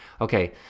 Okay